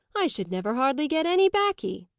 i should never hardly get any baccy!